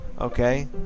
okay